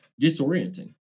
disorienting